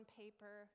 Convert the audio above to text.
paper